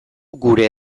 gure